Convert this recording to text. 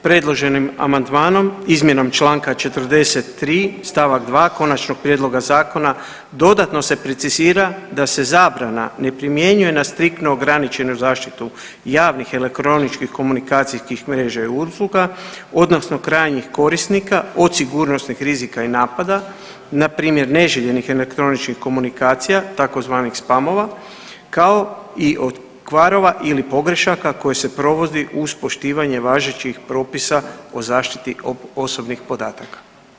Predloženim amandmanom, izmjenom članka 43. stavak 2. Konačnog prijedloga zakona dodatno se precizira da se zabrana ne primjenjuje na striktno ograničenu zaštitu javnih elektroničkih komunikacijskih mreža i usluga, odnosno krajnjih korisnika od sigurnosnih rizika i napada na primjer neželjenih elektroničkih komunikacija tzv. spamova kao i od kvarova ili pogrešaka koje se provodi uz poštivanje važećih propisa o zaštiti osobnih podataka.